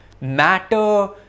matter